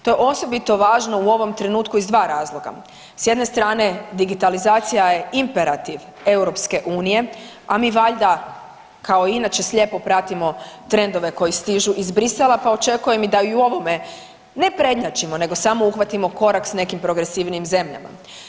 To je osobito važno u ovom trenutku iz dva razloga, s jedne strane digitalizacija je imperativ EU, a mi valjda kao inače slijepo pratimo trendove koji stižu iz Brisela, pa očekujem da i u ovome ne prednjačimo nego samo uhvatimo korak s nekim progresivnijim zemljama.